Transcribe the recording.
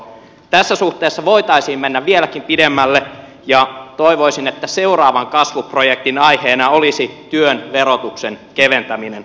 tässä suhteessa voitaisiin mennä vieläkin pidemmälle ja toivoisin että seuraavan kasvuprojektin aiheena olisi työn verotuksen keventäminen